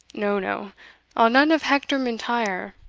no, no i'll none of hector m'intyre.